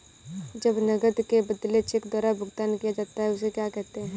जब नकद के बदले चेक द्वारा भुगतान किया जाता हैं उसे क्या कहते है?